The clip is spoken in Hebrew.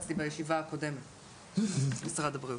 התפוצצתי בישיבה הקודמת על משרד הבריאות.